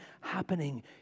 happening